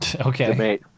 Okay